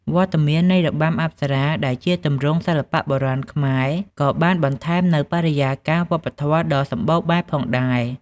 វត្តមាននៃរបាំអប្សរា ដែលជាទម្រង់សិល្បៈបុរាណខ្មែរ ក៏បានបន្ថែមនូវបរិយាកាសវប្បធម៌ដ៏សម្បូរបែបផងដែរ។